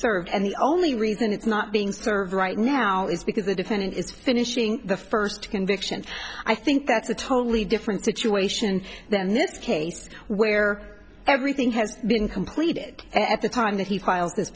served and the only reason it's not being served right now is because the defendant is finishing the first conviction i think that's a totally different situation than this case where everything has been completed at the time that he